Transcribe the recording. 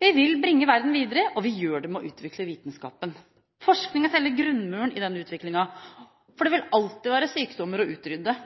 Vi vil bringe verden videre, og vi gjør det med å utvikle vitenskapen. Forskning er selve grunnmuren i denne utviklingen, for det vil alltid være sykdommer å utrydde,